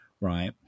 right